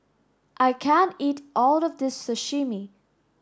I can't eat all of this Sashimi